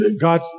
God